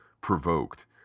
provoked